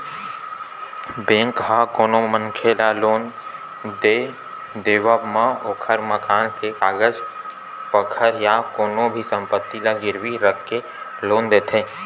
bank ह कोनो मनखे ल लोन के देवब म ओखर मकान के कागज पतर या कोनो भी संपत्ति ल गिरवी रखके लोन देथे